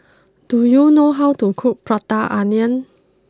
do you know how to cook Prata Onion